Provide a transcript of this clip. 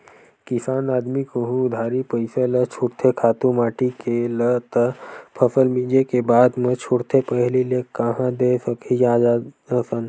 किसान आदमी कहूँ उधारी पइसा ल छूटथे खातू माटी के ल त फसल मिंजे के बादे म छूटथे पहिली ले कांहा दे सकही जादा असन